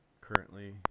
currently